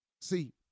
See